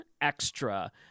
extra